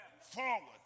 forward